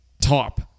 top